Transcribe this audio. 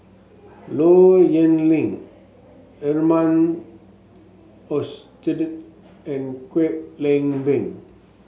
Low Yen Ling Herman and Kwek Leng Beng